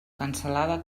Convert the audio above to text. cansalada